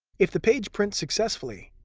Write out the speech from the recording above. if the page prints successfully,